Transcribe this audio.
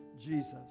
Jesus